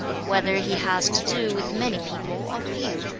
whether he has to do with many people or few,